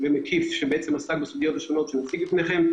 ישיבה טלפונית שגם לוקח זמן להרים אותה מבחינה טכנולוגית.